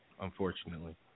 unfortunately